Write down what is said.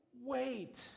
wait